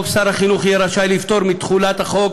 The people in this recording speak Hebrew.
לפטור מתחולת החוק